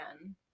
again